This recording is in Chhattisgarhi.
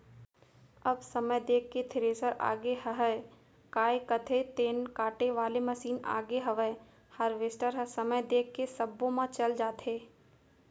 अब समय देख के थेरेसर आगे हयय, काय कथें तेन काटे वाले मसीन आगे हवय हारवेस्टर ह समय देख के सब्बो म चल जाथे